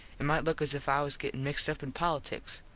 it might look as if i was gettin mixed up in politiks.